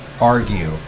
argue